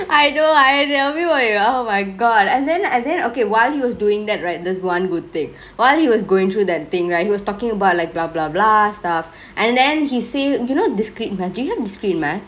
I know I tell you oh my god and then and then okay while he was doingk that right there's one good thingk while he was goingk through that thingk right he was talkingk about like blah blah blah stuff and then he say you know discrete math do you have discrete math